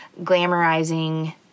glamorizing